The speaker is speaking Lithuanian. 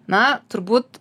na turbūt